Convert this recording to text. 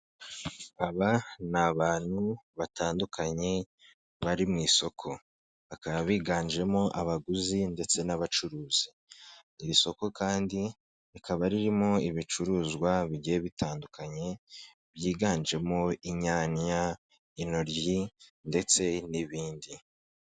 Aba n'abantu batandukanye bari mu isoko, bakaba biganjemo abaguzi ndetse n'abacuruzi. Iri soko kandi rikaba ririmo ibicuruzwa bigiye bitandukanye, byiganjemo inyanya, intoryi ndetse n'ibindi.